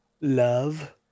love